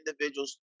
individuals